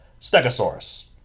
Stegosaurus